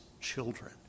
children